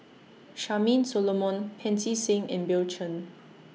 Charmaine Solomon Pancy Seng and Bill Chen